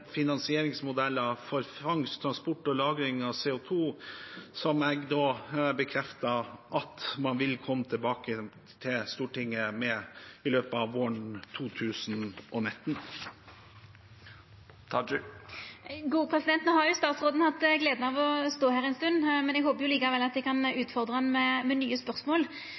finansieringsmodeller for fangst, transport og lagring av CO 2 , som jeg bekrefter at man vil komme tilbake til Stortinget med i løpet av våren 2019. No har jo statsråden hatt gleda av å stå her ei stund, men eg håper likevel at eg kan utfordra han med nye spørsmål.